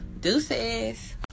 Deuces